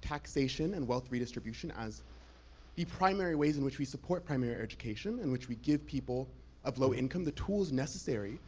taxation and wealth redistribution as the primary ways in which we support primary education in which we give people of low income the tools necessary.